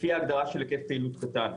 לפי ההגדרה של היקף פעילות קטן.